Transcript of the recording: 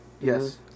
Yes